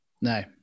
No